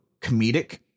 comedic